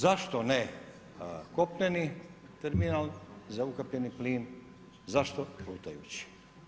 Zašto ne kopneni terminal za ukapljeni plin, zašto plutajući?